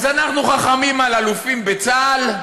אז אנחנו חכמים על אלופים בצה"ל?